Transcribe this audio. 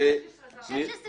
ג'יסר